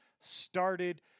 started